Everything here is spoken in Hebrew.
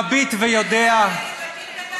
מביט ויודע" אתה כתבת את השיר?